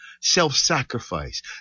Self-sacrifice